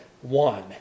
one